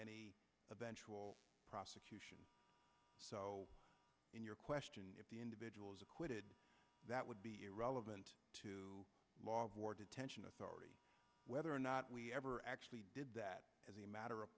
any eventual prosecution in your question if the individual is acquitted that would be irrelevant to law of war detention authority whether or not we ever actually did that as a matter of